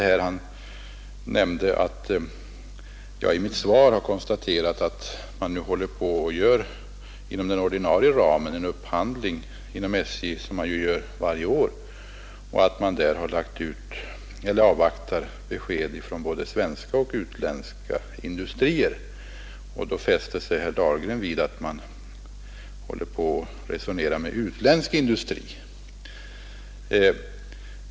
Han nämnde att jag i mitt svar har konstaterat att SJ inom den ordinarie ramen håller på att göra en upphandling, som man ju gör varje år, och att man därvid avvaktar besked från både svenska och utländska industrier. Herr Dahlgren fäste sig vid att SJ då resonerar med utländsk industri.